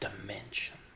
dimension